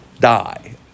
die